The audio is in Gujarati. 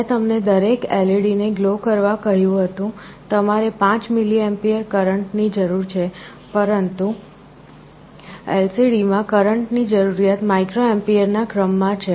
મેં તમને દરેક LED ને ગ્લો કરવા કહ્યું હતું તમારે 5mA કરંટ ની જરૂર છે પરંતુ LCD માં કરંટ ની જરૂરિયાત માઈક્રો એમ્પિયરના ક્રમ માં છે